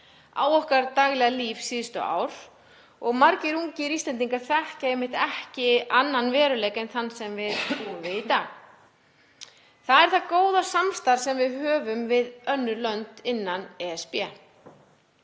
á okkar daglega líf síðustu ár og margir ungir Íslendingar þekkja einmitt ekki annan veruleika en þann sem við búum við í dag, það góða samstarf sem við höfum við önnur lönd innan ESB.